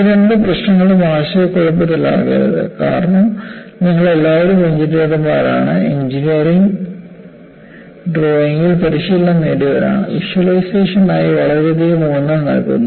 ഈ രണ്ട് പ്രശ്നങ്ങളും ആശയക്കുഴപ്പത്തിലാക്കരുത് കാരണം നിങ്ങൾ എല്ലാവരും എഞ്ചിനീയർമാരാണ് എഞ്ചിനീയറിംഗ് ഡ്രോയിംഗിൽ പരിശീലനം നേടിയവരാണ് വിഷ്വലൈസേഷനായി വളരെയധികം ഊന്നൽ നൽകുന്നു